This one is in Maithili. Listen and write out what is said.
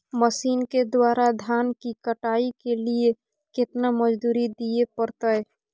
मसीन के द्वारा धान की कटाइ के लिये केतना मजदूरी दिये परतय?